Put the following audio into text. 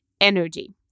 Energy